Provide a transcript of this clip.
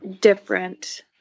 different